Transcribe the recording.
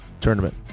tournament